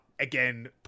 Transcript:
Again